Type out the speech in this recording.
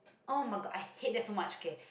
oh-my-god I hate that so much K